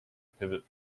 pivot